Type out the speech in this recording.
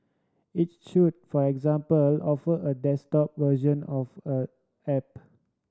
it should for example offer a desktop version of a app